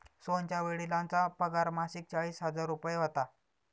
सोहनच्या वडिलांचा पगार मासिक चाळीस हजार रुपये होता